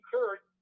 Kurt